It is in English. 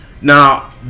now